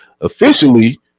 officially